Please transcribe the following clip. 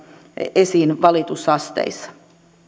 esiin valitusasteissa